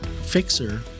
fixer